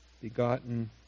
Begotten